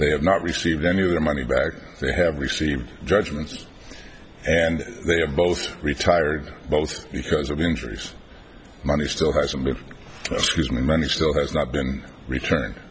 they have not received any of their money back they have received judgments and they're both retired both because of injuries money still has a good excuse me money still has not been return